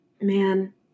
man